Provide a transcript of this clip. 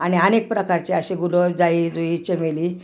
आणि अनेक प्रकारचे अशे गुलाब जाई जुई चमेली